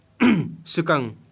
Sukang